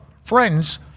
friends